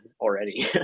already